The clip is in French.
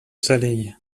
salée